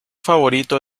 favorito